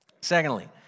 Secondly